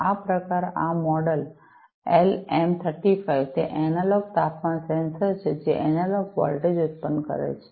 આ પ્રકાર આ મોડેલ એલએમ 35 તે એ એનાલોગ તાપમાન સેન્સર છે જે એનાલોગ વોલ્ટેજ ઉત્પન્ન કરે છે